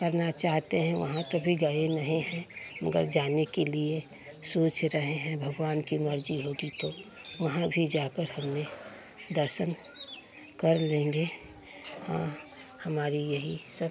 करना चाहते हैं वहाँ तो अभी गए नहीं हैं मगर जाने के लिए सोच रहे हैं भगवान की मर्जी होगी तो वहाँ भी जाकर हमें दर्शन कर लेंगे हाँ हमारी यही सब